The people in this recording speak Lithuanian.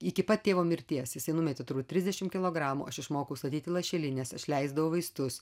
iki pat tėvo mirties jisai numetė turbūt trisdešimt kilogramų aš išmokau statyti lašelines aš leisdavau vaistus